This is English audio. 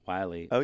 Wiley